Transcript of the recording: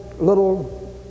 little